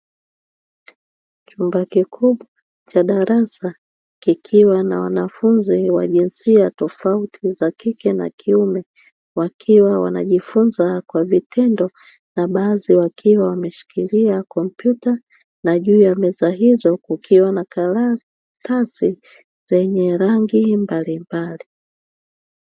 Chumba kikubwa cha darasa kikiwa na wanafunzi wa jinsia tofauti za kike na kiume, wakiwa wanajifunza kwa vitendo na baadhi wakiwa wameshikilia kompyuta na juu ya meza hizo kukiwa na karatasi zenye rangi mbalimbali.